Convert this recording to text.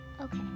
Okay